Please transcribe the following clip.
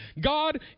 God